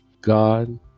God